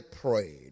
prayed